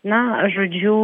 na žodžiu